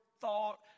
thought